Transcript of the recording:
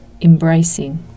embracing